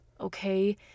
Okay